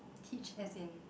teach as in